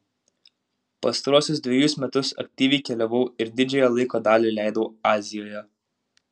pastaruosius dvejus metus aktyviai keliavau ir didžiąją laiko dalį leidau azijoje